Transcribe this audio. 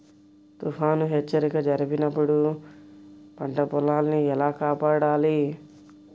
తుఫాను హెచ్చరిక జరిపినప్పుడు పంట పొలాన్ని ఎలా కాపాడాలి?